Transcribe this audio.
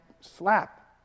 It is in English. slap